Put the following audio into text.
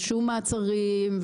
ושום מעצרים,